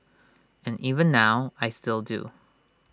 and even now I still do